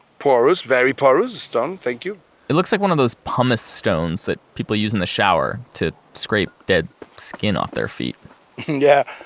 very porous stone, thank you it looks like one of those pumice stones that people use in the shower to scrape dead skin off their feet yeah,